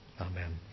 Amen